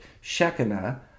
Shekinah